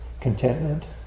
contentment